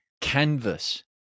canvas